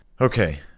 Okay